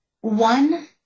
One